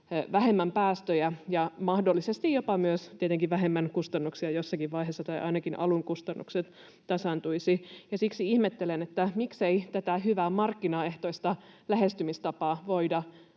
vähemmän päästöjä ja mahdollisesti jopa myös tietenkin vähemmän kustannuksia jossakin vaiheessa tai ainakin alun kustannukset tasaantuisivat. Siksi ihmettelen, että miksei tätä hyvää markkinaehtoista lähestymistapaa voida